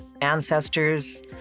ancestors